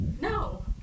No